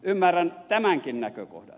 ymmärrän tämänkin näkökohdan